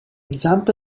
zampe